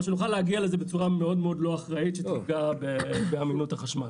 או שנוכל להגיע לזה בצורה מאוד לא אחראית שתפגע באמינות החשמל.